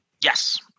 yes